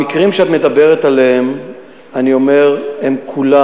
המקרים שאת מדברת עליהם הם כולם,